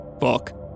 Fuck